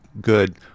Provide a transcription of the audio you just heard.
good